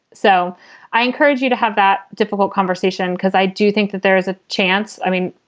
so i encourage you to have that difficult conversation, because i do think that there is a chance, i mean,